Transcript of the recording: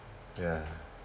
ya